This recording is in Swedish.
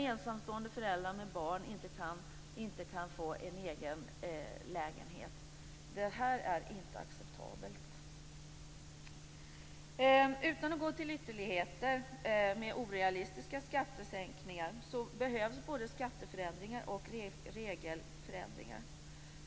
Ensamstående föräldrar med barn kan inte få en egen lägenhet. Det här är inte acceptabelt. Utan att gå till ytterligheter och orealistiska skattesänkningar behövs både skatteförändringar och regelförändringar.